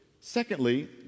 secondly